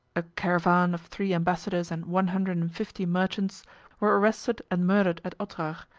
a caravan of three ambassadors and one hundred and fifty merchants were arrested and murdered at otrar,